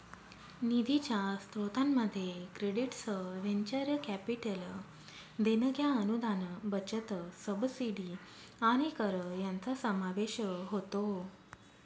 निधीच्या स्त्रोतांमध्ये credits venture capital देणग्या अनुदान बचत सबसिडी आणि कर यांचा समावेश होतो